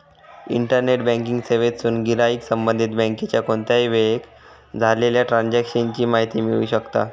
internet banking सेवेतसून गिराईक संबंधित बँकेच्या कोणत्याही वेळेक झालेल्या ट्रांजेक्शन ची माहिती मिळवू शकता